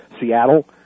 Seattle